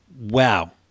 wow